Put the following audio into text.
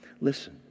Listen